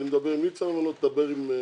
מבקשים ממנו תעודת יושר.